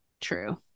true